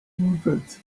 hoovered